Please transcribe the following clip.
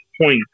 point